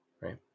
right